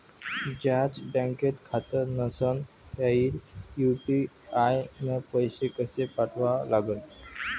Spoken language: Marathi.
ज्याचं बँकेत खातं नसणं त्याईले यू.पी.आय न पैसे कसे पाठवा लागन?